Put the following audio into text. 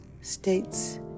states